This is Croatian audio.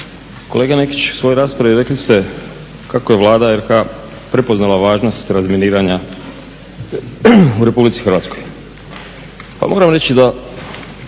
Kolega Nekić, u svojoj raspravi rekli ste kako je Vlada Republike Hrvatske prepoznala važnost razminiranja u Republici Hrvatskoj. Pa moram reći da